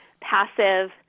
passive